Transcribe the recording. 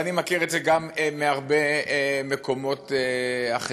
ואני מכיר את זה גם מהרבה מקומות אחרים.